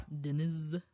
Dennis